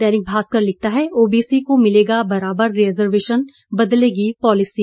दैनिक भास्कर लिखता है ओबीसी को मिलेगा बराबर रिजर्वेशन बदलेगी पॉलिसी